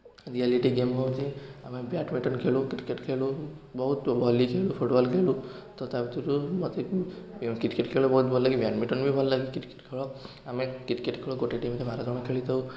reality game ହେଉଛି ଆମେ badminton ଖେଳୁ କ୍ରିକେଟ୍ ଖେଳୁ ବହୁତ ଭଲି ଖେଳୁ ଫୁଟବଲ୍ ଖେଳୁ ତ ତା ଭିତରୁ ମୋତେ କ୍ରିକେଟ୍ ଖେଳ ବହୁତ ଭଲଲାଗେ ବ୍ୟାଡ଼ମିଟନ୍ ବି ଭଲ ଲାଗେ କ୍ରିକେଟ୍ ଖେଳ ଆମେ କ୍ରିକେଟ୍ ଖେଳ ଗୋଟେ ଟିମ୍ ରେ ବାରଜଣ ଖେଳି ଥାଉ